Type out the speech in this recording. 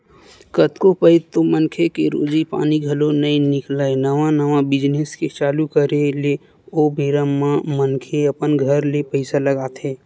कतको पइत तो मनखे के रोजी पानी घलो नइ निकलय नवा नवा बिजनेस के चालू करे ले ओ बेरा म मनखे अपन घर ले पइसा लगाथे